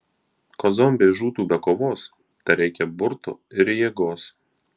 kad zombiai žūtų be kovos tereikia burto ir jėgos